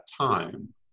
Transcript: time